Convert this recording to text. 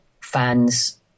fans